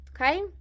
okay